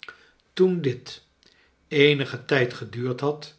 gezichttoen dit eenigen tijd geduurd had